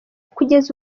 kugeza